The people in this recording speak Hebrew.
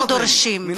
אנחנו דורשים,